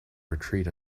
retreat